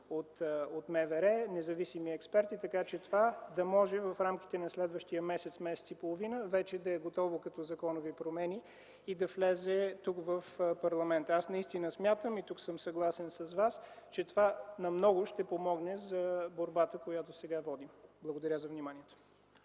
работи, независими експерти, така че това да може в рамките на следващия месец-месец и половина вече да е готово като законови промени и да влезе тук, в парламента. Аз наистина смятам, и тук съм съгласен с Вас, че това много ще помогне за борбата, която сега водим. Благодаря за вниманието.